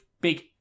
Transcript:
big